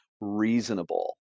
reasonable